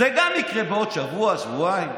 זה גם יקרה בעוד שבוע, שבועיים.